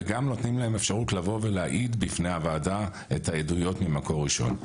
וגם נותנים להם אפשרות לבוא ולהעיד בפני הוועדה את העדויות ממקור ראשון.